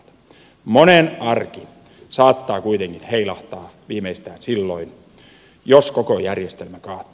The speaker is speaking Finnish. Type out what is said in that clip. monen arki saattaa kuitenkin heilahtaa viimeistään silloin jos koko järjestelmä kaatuu